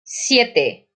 siete